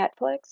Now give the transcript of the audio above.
Netflix